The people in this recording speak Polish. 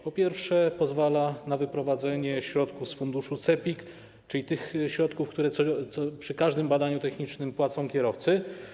Po pierwsze, pozwala na wyprowadzenie środków z funduszu CEPiK, czyli tych środków, które przy każdym badaniu technicznym wpłacają kierowy.